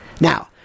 Now